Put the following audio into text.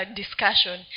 discussion